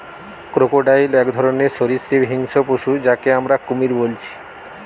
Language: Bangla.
ক্রকোডাইল এক ধরণের সরীসৃপ হিংস্র পশু যাকে আমরা কুমির বলছি